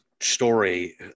Story